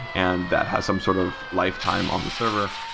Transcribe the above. and that has some sort of lifetime on the server,